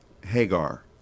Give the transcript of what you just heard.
Hagar